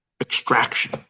extraction